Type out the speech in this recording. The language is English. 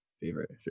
favorite